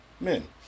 men